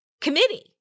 committee